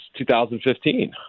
2015